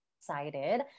excited